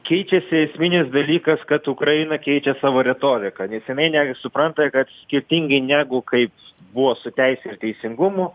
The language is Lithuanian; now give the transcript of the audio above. keičiasi esminis dalykas kad ukraina keičia savo retoriką nes jinai ne supranta kad skirtingai negu kaip buvo su teise ir teisingumu